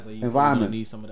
environment